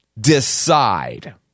decide